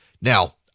Now